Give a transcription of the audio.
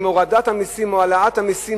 אם הורדת המסים או העלאת המסים,